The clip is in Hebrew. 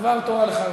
דבר תורה לחנוכה.